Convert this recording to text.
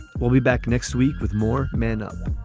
we'll be back next week with more men